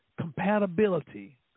compatibility